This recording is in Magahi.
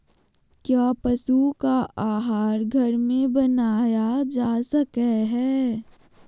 क्या पशु का आहार घर में बनाया जा सकय हैय?